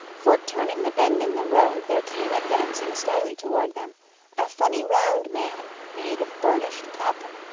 for turning the bend in the road there came advancing slowly toward them a funny round man made of burnished copper,